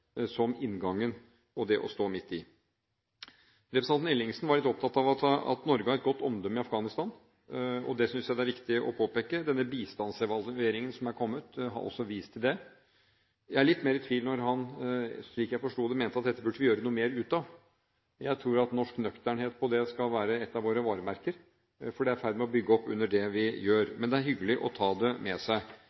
som inngangen og det å stå midt i det. Representanten Ellingsen var litt opptatt av at Norge har et godt omdømme i Afghanistan. Det synes jeg det er viktig å påpeke. Denne bistandsevalueringen som er kommet, har også vist til det. Jeg er litt mer i tvil når han, slik jeg forsto det, mente at dette burde vi gjøre noe mer ut av. Jeg tror at norsk nøkternhet på det skal være et av våre varemerker, for det er i ferd med å bygge opp under det vi gjør. Men det er hyggelig å ta det med seg.